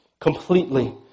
completely